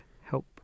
help